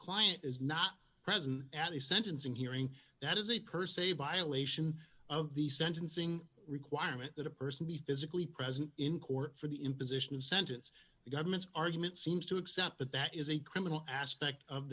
client is not present at the sentencing hearing that is a per se violation of the sentencing requirement that a person be physically present in court for the imposition of sentence the government's argument seems to accept that that is a criminal aspect of